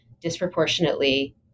disproportionately